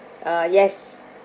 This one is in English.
uh yes